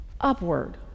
upward